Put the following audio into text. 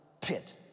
pit